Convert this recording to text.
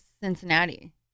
cincinnati